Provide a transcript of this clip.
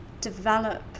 develop